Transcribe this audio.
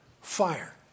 fire